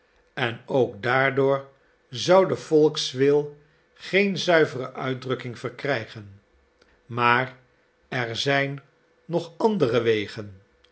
en ook daardoor zou de volkswil geen zuivere uitdrukking verkrijgen maar er zijn nog andere wegen